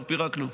כבר פירקנו.